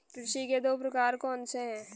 कृषि के दो प्रकार कौन से हैं?